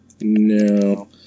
No